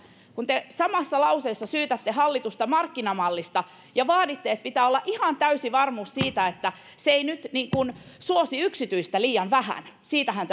kun te samassa lauseessa syytätte hallitusta markkinamallista ja vaaditte että pitää olla ihan täysi varmuus siitä että se ei nyt suosi yksityistä liian vähän siitähän